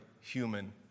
human